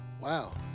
wow